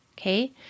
okay